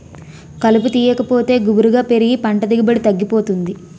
కలుపు తీయాకపోతే గుబురుగా పెరిగి పంట దిగుబడి తగ్గిపోతుంది